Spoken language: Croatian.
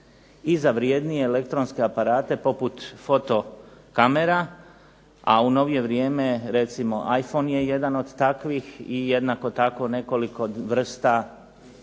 za vrjednije elektronske aparate poput fotokamera, a u novije vrijeme recimo Iphone je jedan od takvih i jednako tako nekoliko vrsta